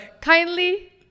Kindly